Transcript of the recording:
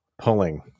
pulling